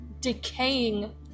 decaying